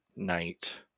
Night